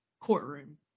courtroom